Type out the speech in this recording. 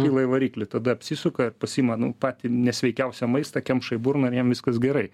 pila į variklį tada apsisuka ir pasiima nu patį nesveikiausią maistą kemša į burną ir jam viskas gerai